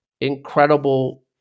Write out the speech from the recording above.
incredible